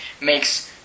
makes